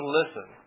listen